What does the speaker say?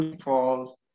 falls